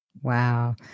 Wow